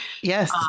Yes